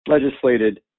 legislated